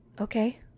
Okay